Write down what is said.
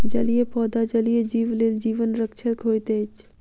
जलीय पौधा जलीय जीव लेल जीवन रक्षक होइत अछि